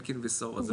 אלקין וסובה.